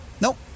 nope